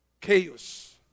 chaos